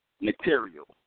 material